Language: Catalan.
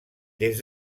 des